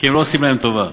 כי הם לא עושים להם טובה.